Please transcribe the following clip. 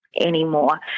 Anymore